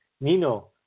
Nino